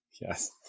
yes